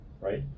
right